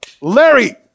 Larry